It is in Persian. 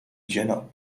جناب